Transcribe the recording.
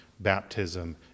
baptism